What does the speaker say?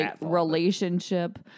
relationship